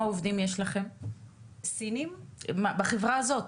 כמה עובדים יש לכם, בחברה הזאת?